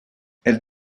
elle